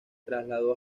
trasladó